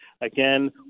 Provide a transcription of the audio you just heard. again